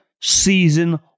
season